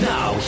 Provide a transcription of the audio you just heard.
Now